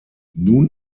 nun